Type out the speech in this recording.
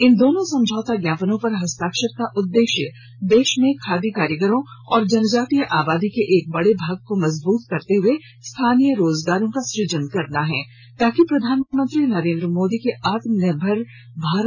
इन दोनों समझौता ज्ञापनों पर हस्ताक्षर का उदेश्य देश में खादी कारीगरों और जनजातीय आबादी के एक बड़े भाग को मजबूत करते हुए स्थानीय रोजगारों का सुजन करना है ताकि प्रधानमंत्री नरेंद्र मोदी के आत्मनिर्भर भारत अभियान को मजबूती मिल सके